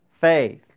faith